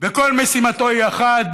וכל משימתו היא אחת,